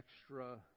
extra